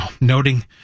noting